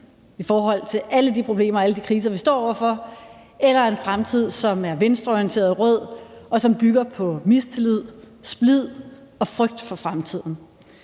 i forhold til alle de problemer og alle de kriser, vi står over for, og en fremtid, som er venstreorienteret og rød, og som bygger på mistillid, splid og frygt for fremtiden.